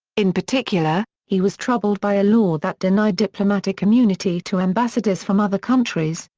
in particular, he was troubled by a law that denied diplomatic immunity to ambassadors from other countries,